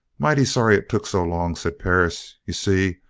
mighty sorry it took so long, said perris. you see,